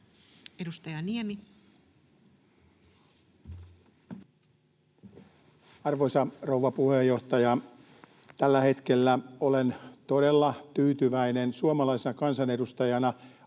Content: Arvoisa rouva puheenjohtaja! Tällä hetkellä olen todella tyytyväinen suomalaisena kansanedustajana,